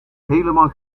helemaal